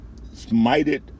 smited